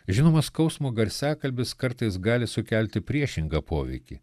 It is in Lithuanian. žinoma skausmo garsiakalbis kartais gali sukelti priešingą poveikį